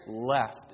left